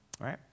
Right